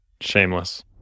Shameless